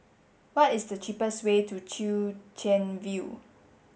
what is the cheapest way to Chwee Chian View